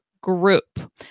group